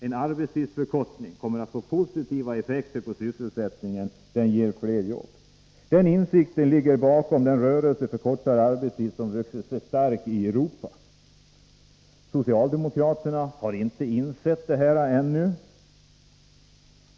En arbetstidsförkortning kommer också att få positiva effekter på sysselsättningen. Den ger fler jobb. Den insikten ligger bakom den rörelse för kortare arbetstid som har vuxit sig stark i Europa. Socialdemokraterna har inte insett detta ännu.